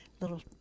Little